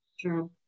True